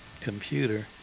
computer